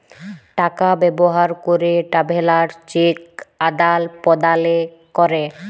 টাকা ব্যবহার ক্যরে ট্রাভেলার্স চেক আদাল প্রদালে ক্যরে